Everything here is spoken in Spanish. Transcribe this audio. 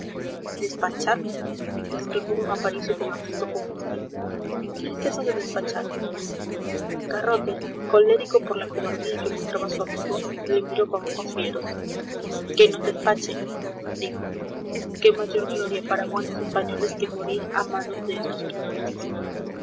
despacharme exclamó d aparicio con acento compungido qué es eso de despachar garrote colérico por la cobardía que mostraba su amigo le miro con ojos fieros que nos despachen dijo qué mayor gloria para buenos españoles que morir a manos de estos tunantes